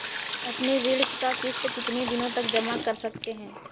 अपनी ऋण का किश्त कितनी दिनों तक जमा कर सकते हैं?